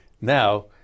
Now